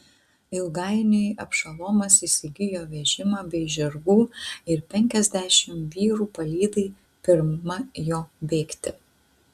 ilgainiui abšalomas įsigijo vežimą bei žirgų ir penkiasdešimt vyrų palydai pirma jo bėgti